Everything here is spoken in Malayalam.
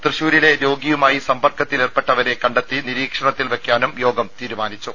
തൃശൂരിലെ രോഗിയുമായി സമ്പർക്കത്തിലേർപ്പെട്ടവരെ കണ്ടെത്തി നിരീക്ഷണത്തിൽ വയ്ക്കാനും യോഗം തീരുമാനിച്ചു